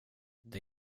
det